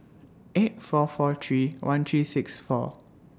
eight four four three one three six four